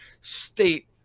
state